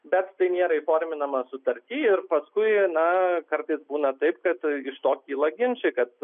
bet tai nėra įforminama sutarty ir paskui na kartais būna taip kad iš to kyla ginčai kad